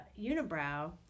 unibrow